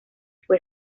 fue